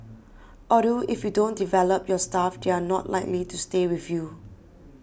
although if you don't develop your staff they are not likely to stay with you